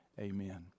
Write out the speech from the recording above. Amen